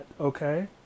okay